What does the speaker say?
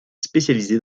spécialisé